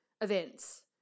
events